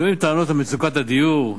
שומעים טענות על מצוקת הדיור,